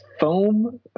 foam